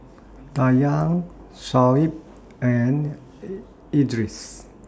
Dayang Shoaib and Idris